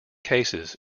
cases